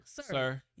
sir